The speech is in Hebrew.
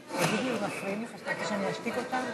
תגיד לי אם מפריעים לך ואתה רוצה שאני אשתיק אותם או,